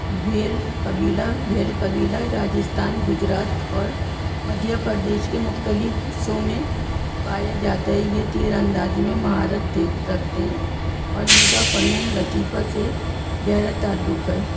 بھیل قبیلہ بھیل قبیلہ راجستھان گجرات اور مدھیہ پردیش کے مختلف حصوں میں پایا جاتا ہے یہ تیر اندازی میں مہارت دیکھ رکھتے ہیں اور ان کا فنون لطیفہ سے گہرا تعلق ہے